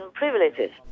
privileges